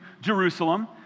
Jerusalem